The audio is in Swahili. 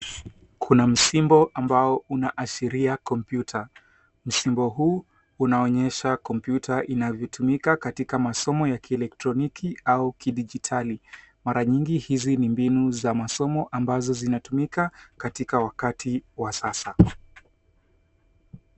Kuna msimbo ambao unaashiria kompyuta. Msimbo huu unaonyesha kompyuta inavyotumika katika masomo ya kielektroniki au kidijitali. Mara nyingi hizi ni mbinu za masomo ambazo zinatumika katika wakati wa sasa.